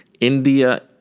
India